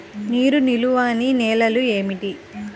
నీరు నిలువని నేలలు ఏమిటి?